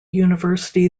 university